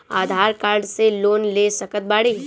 आधार card से loan ले सकत बणी?